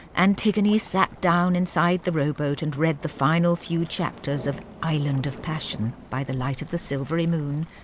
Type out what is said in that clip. and antigone sat back down inside the rowboat and read the final few chapters of island of passion by the light of the silvery moon.